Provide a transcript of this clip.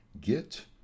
Get